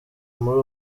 muri